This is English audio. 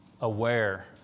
Aware